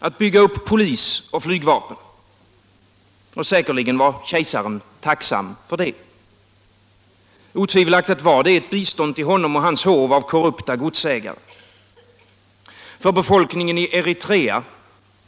med att bygga upp polis och flygvapen, och säkerligen var kejsaren tacksam för det. Otvivelaktigt var det ett bistånd ull honom och hans hov av korrupta gods ägare. För befolkningen i Eritrea.